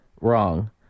Wrong